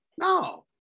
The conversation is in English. No